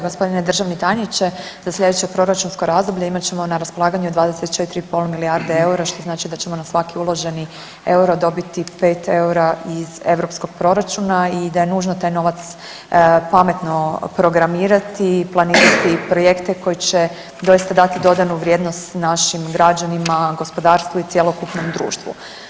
Gospodine državni tajniče za sljedeće proračunsko razdoblje imat ćemo na raspolaganju 24,5 milijarde eura što znači da ćemo na svaki uloženi euro dobiti 5 eura iz europskog proračuna i da je nužno taj novac pametno programirati i planirati projekte koji će doista dati dodanu vrijednost našim građanima, gospodarstvu i cjelokupnom društvu.